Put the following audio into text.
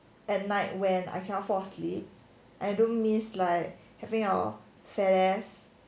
at night when I cannot fall asleep I do miss like having our fat ass